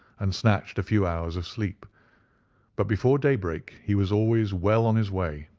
and snatched a few hours of sleep but before daybreak he was always well on his way.